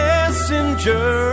Messenger